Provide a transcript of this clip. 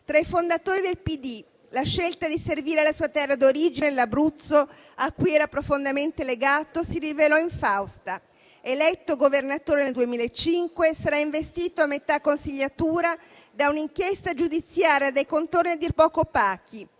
Tra i fondatori del PD, la scelta di servire la sua terra d'origine, l'Abruzzo, cui era profondamente legato, si rivelò infausta. Eletto governatore nel 2005, sarà investito a metà consiliatura da un'inchiesta giudiziaria dai contorni a dir poco opachi,